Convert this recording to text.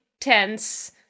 tense